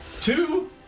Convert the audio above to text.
two